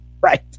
Right